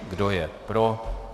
Kdo je pro.